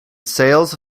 sales